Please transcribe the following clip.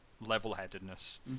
level-headedness